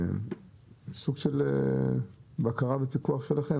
סוג של בקרה ופיקוח שלכם,